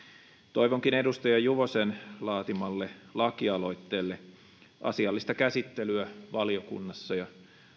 toivonkin edustaja juvosen laatimalle lakialoitteelle asiallista käsittelyä valiokunnassa ja